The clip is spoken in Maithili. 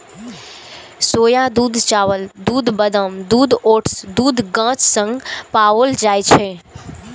सोया दूध, चावल दूध, बादाम दूध, ओट्स दूध गाछ सं पाओल जाए छै